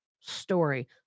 story